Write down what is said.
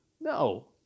No